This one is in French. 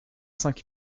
cinq